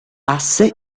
asse